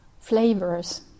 flavors